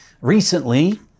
Recently